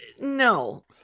no